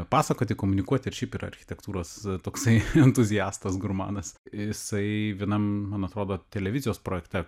pasakoti komunikuoti ir šiaip yra architektūros toksai entuziastas gurmanas jisai vienam man atrodo televizijos projekte